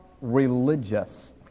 religious